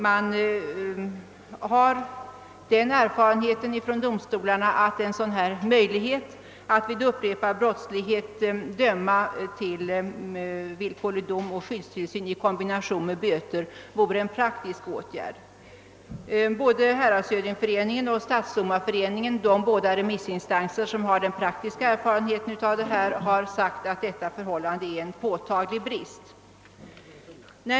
Man har den erfarenheten från domstolarna att en sådan här möjlighet att vid upprepad brottslighet döma till villkorlig dom och skyddstillsyn i kombination med böter vore en praktisk åtgärd. Såväl Häradshövdingföreningen som Stadsdomarföreningen — de båda remissinstanser som har den praktiska erfarenheten härvidlag — har uttalat att detta förhållande utgör en påtaglig brist.